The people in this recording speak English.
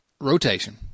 rotation